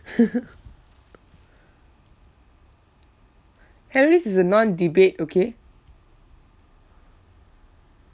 is a non debate okay